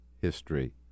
history